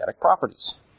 properties